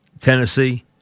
Tennessee